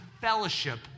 fellowship